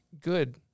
good